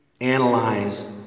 analyze